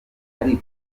ariko